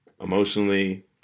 emotionally